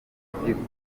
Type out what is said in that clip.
by’igihugu